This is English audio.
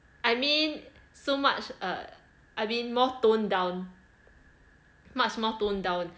I mean so much uh I've been more toned down much more toned down